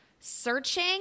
Searching